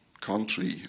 country